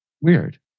weird